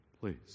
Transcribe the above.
Please